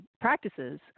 practices